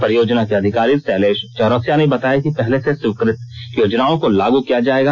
परियोजना के अधिकारी शैलेश चौरसिया ने बताया कि पहले से स्वीकृत योजनाओं को लागू किया जायेगा